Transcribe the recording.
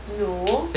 no